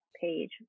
page